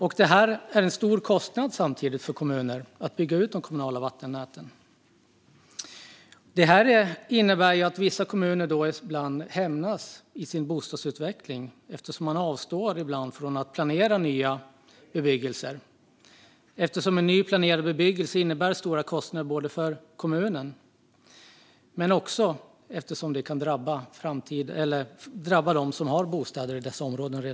Samtidigt innebär det en stor kostnad för kommuner att bygga ut de kommunala vattennäten, vilket innebär att vissa kommuner ibland hämmas i sin bostadsutveckling eftersom man avstår från att planera nya bebyggelser. Ny planerad bebyggelse innebär ju stora kostnader för kommunen, men det kan också drabba dem som redan i dag har bostäder i dessa områden.